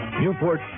Newport